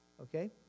Okay